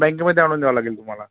बँकेमध्ये आणून द्यावं लागेल तुम्हाला